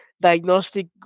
diagnostic